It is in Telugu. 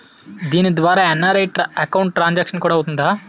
దీని ద్వారా ఎన్.ఆర్.ఐ అకౌంట్ ట్రాన్సాంక్షన్ కూడా అవుతుందా?